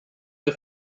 der